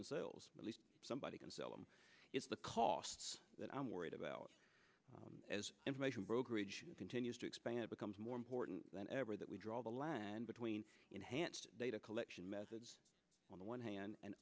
sales at least somebody can sell them it's the costs that i'm worried about as information brokerage continues to expand becomes more important than ever that we draw the line between enhanced data collection methods on the one hand and